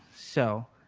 so,